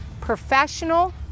Professional